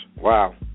Wow